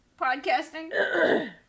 podcasting